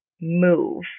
move